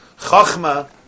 Chachma